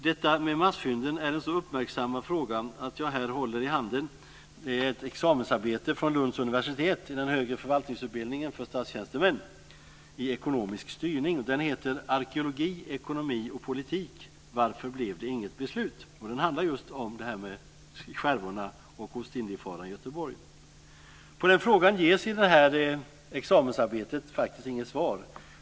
Detta med massfynden är en så uppmärksammad fråga att det nu finns ett dokument - som jag här håller upp - i form av ett examensarbete från Lunds universitets högre förvaltningsutbildning för statstjänstemän i ekonomisk styrning. Examensarbetet har titeln Arkeologi, Ekonomi och Politik - Varför blev det inget beslut? Det handlar just om det här med skärvorna och Ostindiefararen Götheborg. På ställda fråga ges i det här examensarbetet faktiskt inget svar.